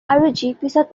পিছত